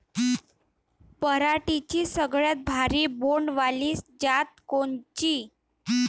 पराटीची सगळ्यात भारी बोंड वाली जात कोनची?